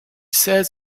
says